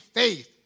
faith